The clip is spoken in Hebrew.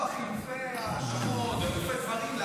חילופי האשמות וחילופי דברים,